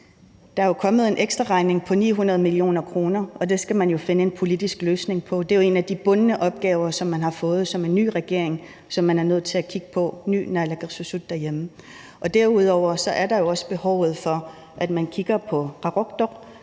Der er jo kommet en ekstraregning på 900 mio. kr., og det skal man jo finde en politisk løsning på. Det er jo en af de bundne opgaver, som man har fået som ny regering, og som man er nødt til at kigge på som ny naalakkersuisut derhjemme. Derudover er der jo også behovet for, at man kigger på Qaqortoq,